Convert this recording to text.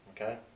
Okay